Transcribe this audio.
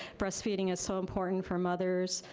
breastfeeding is so important for mothers,